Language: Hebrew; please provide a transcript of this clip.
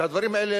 והדברים האלה,